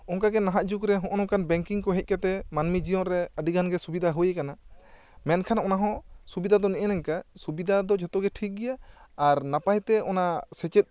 ᱚᱱᱠᱟ ᱜᱮ ᱱᱟᱦᱟᱜ ᱡᱩᱜᱽ ᱨᱮ ᱦᱚᱜ ᱱᱚᱠᱟᱱ ᱵᱮᱝᱠᱤᱝ ᱠᱚ ᱦᱮᱡ ᱠᱟᱛᱮ ᱢᱟᱹᱢᱤ ᱡᱤᱭᱚᱱ ᱨᱮ ᱟᱹᱰᱤ ᱜᱟᱱᱜᱮ ᱥᱩᱵᱤᱫᱟ ᱦᱩᱭ ᱟᱠᱟᱱᱟ ᱢᱮᱱᱠᱷᱟᱱ ᱚᱱᱟ ᱦᱚᱸ ᱥᱩᱵᱤᱫᱟ ᱫᱚ ᱱᱮᱜ ᱮ ᱱᱤᱝᱠᱟ ᱥᱩᱵᱤᱫᱟ ᱫᱚ ᱡᱚᱛᱚ ᱜᱮ ᱴᱷᱤᱠ ᱜᱮᱭᱟ ᱟᱨ ᱱᱟᱯᱟᱭ ᱛᱮ ᱚᱱᱟ ᱥᱮᱪᱮᱫ